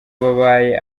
babaye